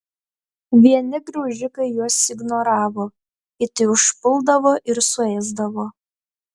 vieni graužikai juos ignoravo kiti užpuldavo ir suėsdavo